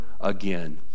again